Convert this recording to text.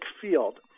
field